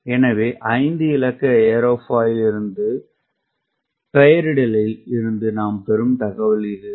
எனவே 5 இலக்க ஏரோஃபாயிலிலிருந்து பெயரிடலில் இருந்து நாம் பெறும் தகவல் இது